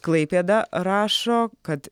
klaipėda rašo kad